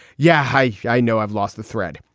yeah. hi i know i've lost the thread,